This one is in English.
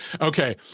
Okay